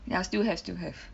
ya still have still have